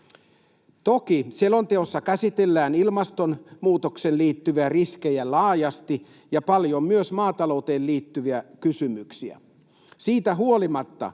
Toki selonteossa käsitellään ilmastonmuutokseen liittyviä riskejä laajasti ja paljon myös maatalouteen liittyviä kysymyksiä.